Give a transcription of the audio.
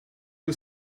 you